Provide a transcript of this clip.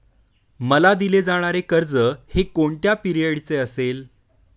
मला दिले जाणारे कर्ज हे कोणत्या पिरियडचे असेल?